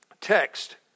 text